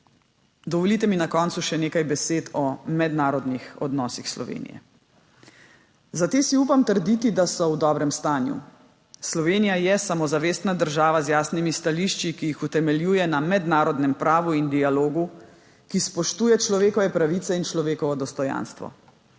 dovolite mi na koncu še nekaj besed o mednarodnih odnosih Slovenije. Za te si upam trditi, da so v dobrem stanju. Slovenija je samozavestna država z jasnimi stališči, ki jih utemeljuje na mednarodnem pravu in dialogu, ki spoštuje človekove pravice in človekovo dostojanstvo.